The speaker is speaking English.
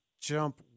jump